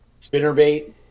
Spinnerbait